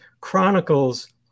chronicles